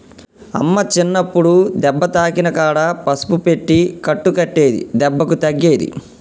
అమ్మ చిన్నప్పుడు దెబ్బ తాకిన కాడ పసుపు పెట్టి కట్టు కట్టేది దెబ్బకు తగ్గేది